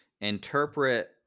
interpret